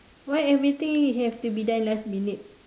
why everything has to be done last minute